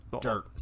dirt